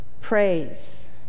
praise